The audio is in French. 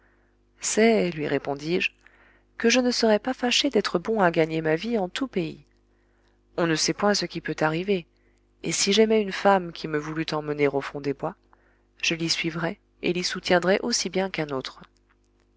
c'est lui répondis-je que je ne serais pas fâché d'être bon à gagner ma vie en tout pays on ne sait point ce qui peut arriver et si j'aimais une femme qui me voulût emmener au fond des bois je l'y suivrais et l'y soutiendrais aussi bien qu'un autre